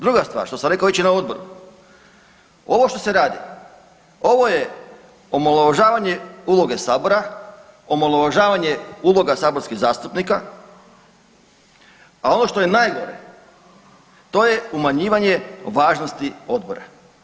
Druga stvar što sam rekao već i na odboru, ovo što se radi, ovo je omalovažavanje uloge sabora, omalovažavanje uloga saborskih zastupnika, a ono što je najgore to je umanjivanje važnosti odbora.